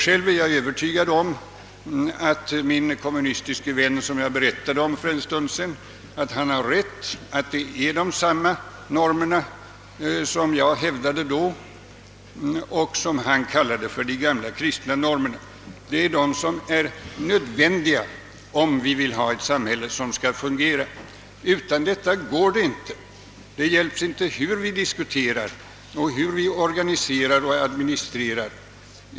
Själv är jag övertygad om att min kommunistiske vän, som jag berättade om för en stund sedan, har rätt och att det är samma normer som jag hävdade då, vilka han kallade »de gamla kristna normerna». Det är de som är nödvändiga, om vi vill ha ett samhälle som skall fungera. Utan dem går det inte. Det hjälps inte hur vi än diskuterar, organiserar och administrerar.